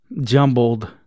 jumbled